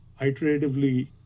iteratively